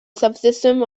subsystem